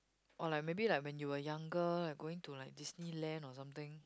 or like maybe like when you were younger going to like Disneyland or something